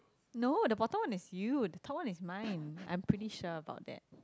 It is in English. no the bottom one is you the top is mine I'm pretty sure about that